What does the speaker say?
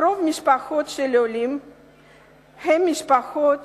רוב המשפחות של העולים הן משפחות